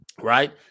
right